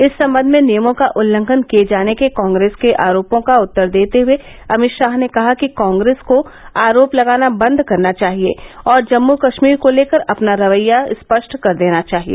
इस संबंध में नियमों का उल्लंघन किये जाने के कांग्रेस के आरोपों का उत्तर देते हुए अभित शाह ने कहा कि कांग्रेस को आरोप लगाना बंद करना चाहिए और जम्मू कश्मीर को लेकर अपना रवैया स्पष्ट कर देना चाहिए